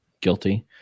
guilty